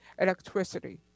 electricity